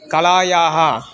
कलायाः